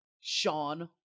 Sean